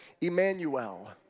Emmanuel